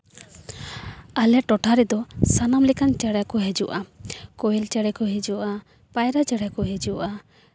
ᱟᱞᱮ ᱴᱚᱴᱷᱟ ᱨᱮᱫᱚ ᱥᱟᱱᱟᱢ ᱞᱮᱠᱟᱱ ᱪᱮᱬᱮ ᱠᱚ ᱦᱤᱡᱩᱜᱼᱟ ᱠᱚᱭᱮᱞ ᱪᱮᱬᱮ ᱠᱚ ᱦᱤᱡᱩᱜᱼᱟ ᱯᱟᱭᱨᱟ ᱪᱮᱬᱮ ᱠᱚ ᱦᱤᱡᱩᱜᱼᱟ